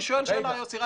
אני שואל שאלה יוסי,